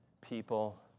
people